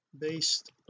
based